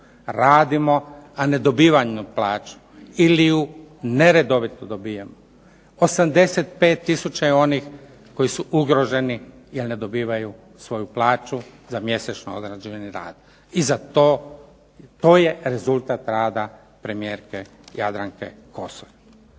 radimo a ne dobivamo plaću ili ju neredovito dobivamo. 85000 je onih koji su ugroženi jer ne dobivaju svoju plaću za mjesečno određeni rad i zato to je rezultat rada premijerke Jadranke Kosor.